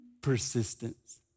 Persistence